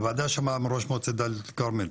הוועדה שמעה מראש מועצת דאלית אל כרמל